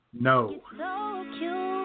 No